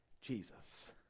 Jesus